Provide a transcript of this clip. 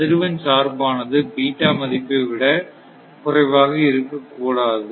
அதிர்வெண் சார்பானது மதிப்பை விட குறைவாக இருக்கக் கூடாது